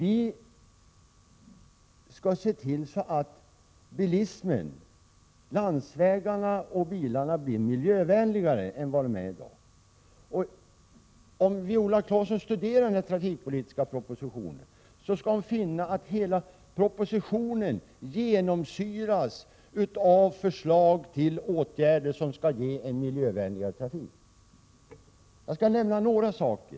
I stället skall vi se till att bilismen — landsvägarna och bilarna — blir miljövänligare än som i dag är fallet. Om Viola Claesson studerar den här trafikpolitiska propositionen, kommer hon att finna att hela propositionen genomsyras av förslag till åtgärder som syftar till att åstadkomma en miljövänligare trafik. Jag skall här nämna några saker.